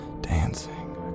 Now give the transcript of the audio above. dancing